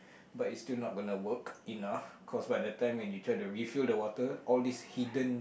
but it's still not going to work enough cause by the time when you try to refill the water all these hidden